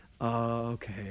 Okay